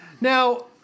Now